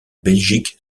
belgique